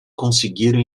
conseguiram